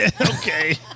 Okay